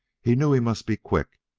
he knew he must be quick,